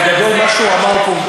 אבל בגדול מה שהוא אמר פה,